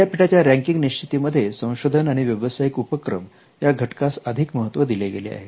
विद्यापीठांच्या रँकिंग निश्चिती मध्ये संशोधन आणि व्यवसायिक उपक्रम या घटकास अधिक महत्त्व दिले गेले आहे